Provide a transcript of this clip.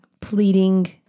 pleading